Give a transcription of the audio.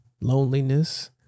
loneliness